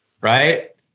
right